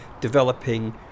developing